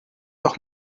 doch